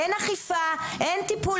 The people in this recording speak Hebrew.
אין אכיפה, אין טיפול.